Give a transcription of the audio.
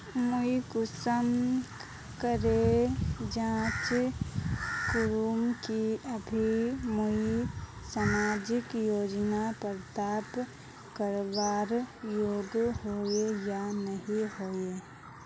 मुई कुंसम करे जाँच करूम की अभी मुई सामाजिक योजना प्राप्त करवार योग्य होई या नी होई?